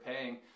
paying